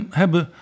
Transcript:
hebben